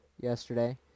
yesterday